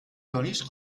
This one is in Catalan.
donis